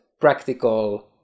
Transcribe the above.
practical